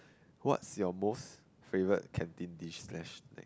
what is your most favourite canteen dish slash